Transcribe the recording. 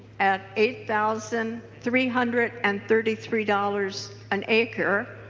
at eight thousand three hundred and thirty three dollars an acre.